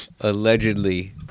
allegedly